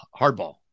hardball